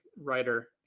writer